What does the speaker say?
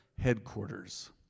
headquarters